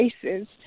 places